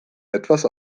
etwas